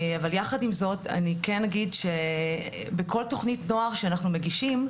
אבל יחד עם זאת אני כן אגיד שבכל תכנית נוער שאנחנו מגישים,